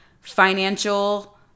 financial